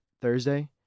Thursday